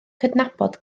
cydnabod